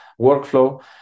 workflow